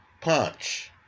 punch